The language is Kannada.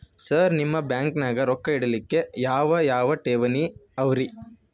ಸರ್ ನಿಮ್ಮ ಬ್ಯಾಂಕನಾಗ ರೊಕ್ಕ ಇಡಲಿಕ್ಕೆ ಯಾವ್ ಯಾವ್ ಠೇವಣಿ ಅವ ರಿ?